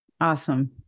Awesome